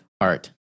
art